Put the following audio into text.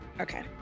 Okay